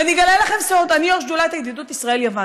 ואני אגלה לכם סוד: אני יו"ר שדולת הידידות ישראל-יוון.